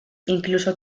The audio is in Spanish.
incluso